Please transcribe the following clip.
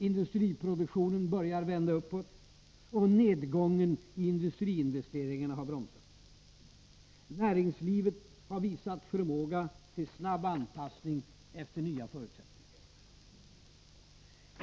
Industriproduktionen börjar vända uppåt och nedgången i industriinvesteringarna har bromsats. Näringslivet har visat förmåga till snabb anpassning efter nya förutsättningar.